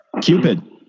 Cupid